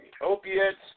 opiates